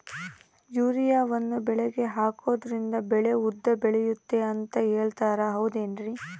ಯೂರಿಯಾವನ್ನು ಬೆಳೆಗೆ ಹಾಕೋದ್ರಿಂದ ಬೆಳೆ ಉದ್ದ ಬೆಳೆಯುತ್ತೆ ಅಂತ ಹೇಳ್ತಾರ ಹೌದೇನ್ರಿ?